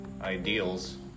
ideals